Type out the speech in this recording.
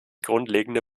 grundlegende